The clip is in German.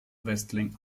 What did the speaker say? wrestling